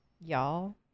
y'all